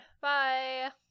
Bye